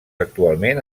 actualment